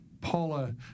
Paula